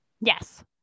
Yes